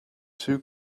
two